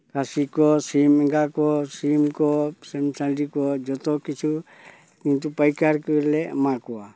ᱠᱷᱟᱹᱥᱤ ᱠᱚ ᱥᱤᱢ ᱮᱸᱜᱟ ᱠᱚ ᱥᱤᱢ ᱠᱚ ᱥᱤᱢ ᱥᱟᱺᱰᱤ ᱠᱚ ᱡᱚᱛᱚ ᱠᱤᱪᱷᱩ ᱯᱟᱹᱭᱠᱟᱹᱨ ᱜᱮᱞᱮ ᱮᱢᱟ ᱠᱚᱣᱟ